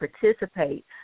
participate